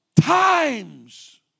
times